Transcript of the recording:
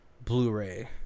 Blu-ray